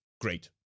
great